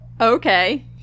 Okay